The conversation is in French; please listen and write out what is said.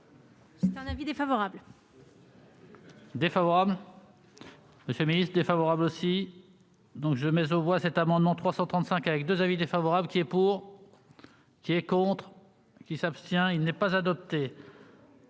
émis un avis défavorable